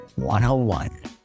101